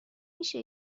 میشه